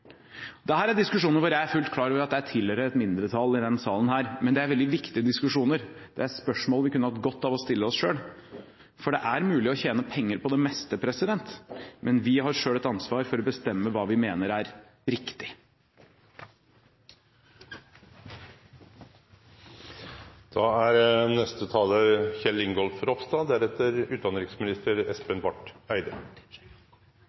er diskusjoner hvor jeg er fullt klar over at jeg tilhører et mindretall i denne salen, men det er veldig viktige diskusjoner. Det er spørsmål vi kunne hatt godt av å stille oss selv. For det er mulig å tjene penger på det meste, men vi har selv et ansvar for å bestemme hva vi mener er riktig. Etter Kristelig Folkepartis syn er